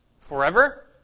forever